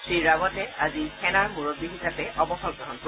শ্ৰীৰাৱটে আজি সেনাৰ মূৰববী হিচাপে অৱসৰ গ্ৰহণ কৰিব